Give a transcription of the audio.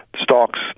Stocks